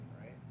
right